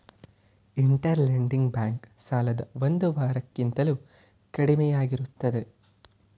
inter lending bank ಸಾಲದ ಒಂದು ವಾರ ಕಿಂತಲೂ ಕಡಿಮೆಯಾಗಿರುತ್ತದೆ